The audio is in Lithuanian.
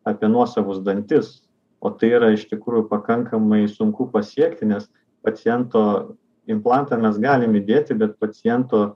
apie nuosavus dantis o tai yra iš tikrų pakankamai sunku pasiekti nes paciento implantą mes galim įdėti bet pacientų